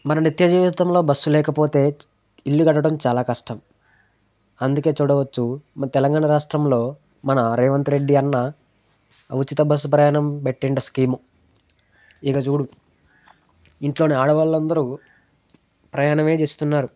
మరి నిత్య జీవితంలో బస్సు లేకపోతే ఇల్లు గడవటం చాలా కష్టం అందుకే చూడవచ్చు మన తెలంగాణ రాష్ట్రంలో మన రేవంత్ రెడ్డి అన్న ఉచిత బస్సు ప్రయాణం పెట్టిండు స్కీము ఇక చూడు ఇంట్లోని ఆడవాళ్ళందరూ ప్రయాణమే చేస్తున్నారు